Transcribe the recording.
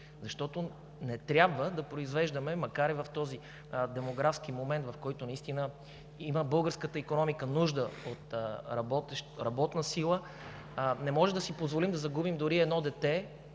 Защото не трябва да произвеждаме, макар и в този демографски момент, в който наистина българската икономика има нужда от работна сила, не може да си позволим да загубим дори едно дете